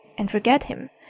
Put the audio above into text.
and forget him,